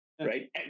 right